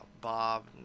Bob